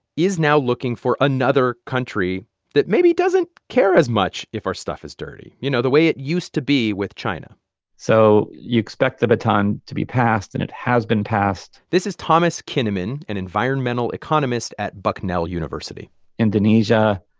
is now looking for another country that maybe doesn't care as much if our stuff is dirty, you know, the way it used to be with china so you expect the baton to be passed, and it has been passed this is thomas kinnaman an environmental economist at bucknell university indonesia,